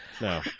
No